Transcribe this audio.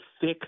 thick